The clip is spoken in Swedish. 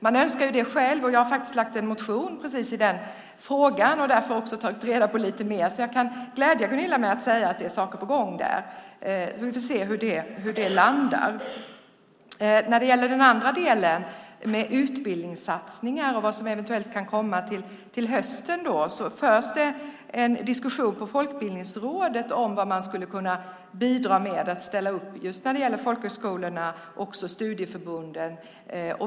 Jag har själv väckt en motion om den här frågan. Jag har därför tagit reda på lite mer, så jag kan glädja Gunilla med att säga att saker är på gång. Vi får se hur det där landar. När det gäller den andra delen, det vill säga utbildningssatsningar och vad som eventuellt kommer till hösten, kan jag säga att det i Folkbildningsrådet förs en diskussion om vad man skulle kunna bidra med, ställa upp med, just när det gäller folkhögskolorna och studieförbunden.